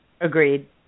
Agreed